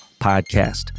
podcast